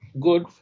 good